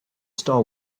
star